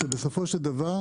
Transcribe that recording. שבסופו של דבר,